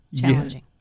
challenging